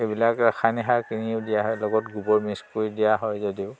সেইবিলাক ৰাসায়নিক সাৰ কিনি দিয়া হয় লগত গোবৰ মিক্স কৰি দিয়া হয় যদিও